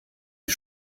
die